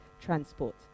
Transport